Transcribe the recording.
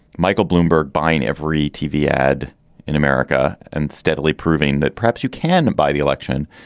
michael bloomberg buying every tv ad in america and steadily proving that perhaps you can buy the election.